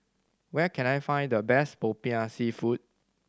where can I find the best Popiah Seafood